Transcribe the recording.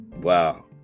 wow